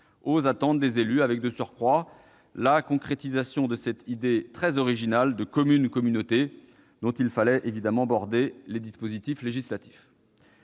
aux attentes des élus, avec, de surcroît, la concrétisation de cette idée très originale de commune-communauté, dont il fallait border les dispositifs législatifs.